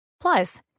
Plus